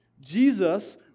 Jesus